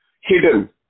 hidden